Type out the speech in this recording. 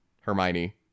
Hermione